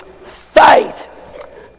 faith